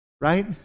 right